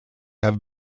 have